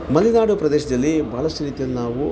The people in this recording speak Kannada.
ಮಲೆನಾಡು ಪ್ರದೇಶದಲ್ಲಿ ಬಹಳಷ್ಟು ರೀತಿಯಲ್ಲಿ ನಾವು